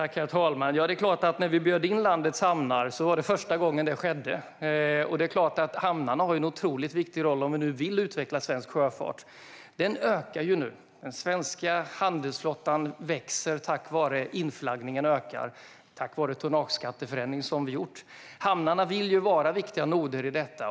Herr talman! Det var första gången vi bjöd in företrädare för landets hamnar. Hamnarna har en otroligt viktig roll om vi nu vill utveckla svensk sjöfart. Sjöfarten ökar. Den svenska handelsflottan växer tack vare att inflaggningen ökar och den tonnageskatteförändring vi har infört. Hamnarna vill vara viktiga noder i arbetet.